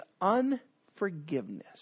unforgiveness